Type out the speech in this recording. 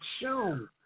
show